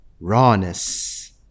rawness